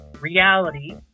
reality